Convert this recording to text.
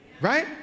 Right